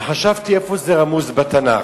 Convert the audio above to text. וחשבתי איפה זה רמוז בתנ"ך.